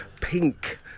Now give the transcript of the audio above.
pink